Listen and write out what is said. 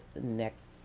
next